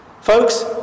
Folks